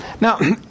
Now